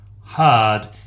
hard